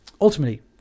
ultimately